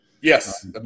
Yes